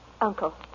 uncle